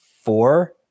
four